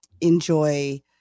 enjoy